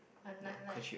a night light